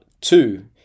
two